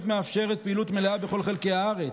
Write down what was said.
מאפשרת פעילות מלאה בכל חלקי הארץ,